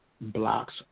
blocks